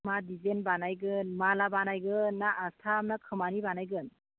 मा डिजाइन बानायगोन माला बानायगोन ना आस्थाम ना खोमानि बानायगोन